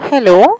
Hello